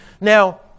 Now